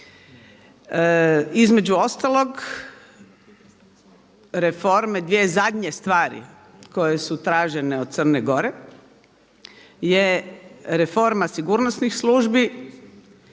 Između ostalog reforme, dvije zadnje stvari koje su tražene od Crne Gore je reforma sigurnosnih službi